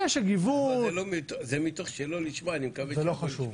זה מתוך שלא לשמה, יבוא לשמה.